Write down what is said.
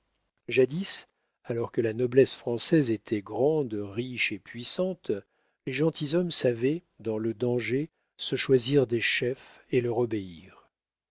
jadis alors que la noblesse française était grande riche et puissante les gentilshommes savaient dans le danger se choisir des chefs et leur obéir